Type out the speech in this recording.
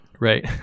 right